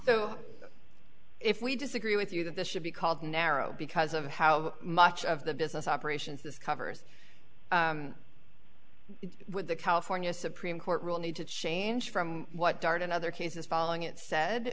so if we disagree with you that this should be called narrow because of how much of the business operations this covers with the california supreme court rule need to change from what dart and other cases following it said